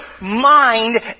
mind